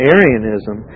Arianism